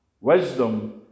Wisdom